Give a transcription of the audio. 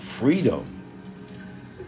freedom